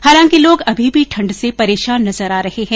हालांकि लोग अभी भी ठण्ड से परेशान नजर आ रहे है